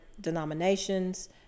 denominations